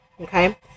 okay